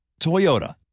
Toyota